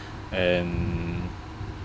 um